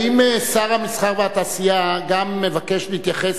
האם שר המסחר והתעשייה גם מבקש להתייחס